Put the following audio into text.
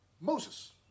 Moses